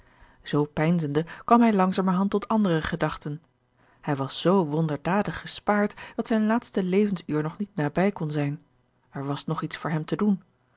zoo peinzende kwam hij langzamerhand tot andere gedachten hij was z wonderdadig gespaard dat zijn laatste levensuur nog niet nabij kon zijn er was nog iets voor hem te doen